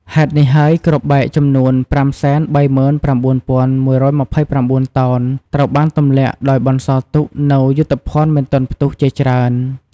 ហេតុនេះហើយគ្រាប់បែក ចំនួន ៥៣៩,១២៩ តោនត្រូវបានទម្លាក់ដោយបន្សល់ទុកនូវយុទ្ធភណ្ឌមិនទាន់ផ្ទុះជាច្រើន។